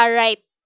right